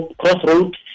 crossroads